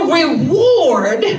reward